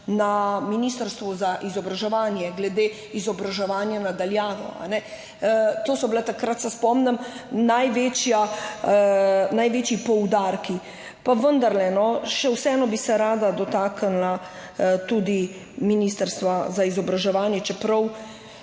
na Ministrstvu za izobraževanje glede izobraževanja na daljavo. To so bili takrat, se spomnim, največji poudarki. Pa vendarle še vseeno bi se rada dotaknila tudi Ministrstva za izobraževanje, čeprav